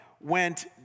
went